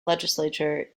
legislature